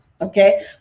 Okay